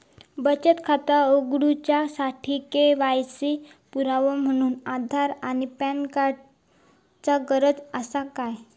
बचत खाता काडुच्या साठी के.वाय.सी पुरावो म्हणून आधार आणि पॅन कार्ड चा गरज आसा काय?